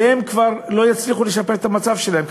כנראה לא יצליחו לשפר את המצב שלהם.